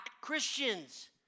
Christians